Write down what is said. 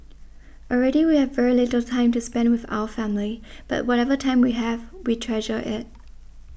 already we have very little time to spend with our family but whatever time we have we treasure it